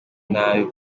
nabi